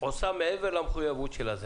עושה מעבר למחויבות שלה.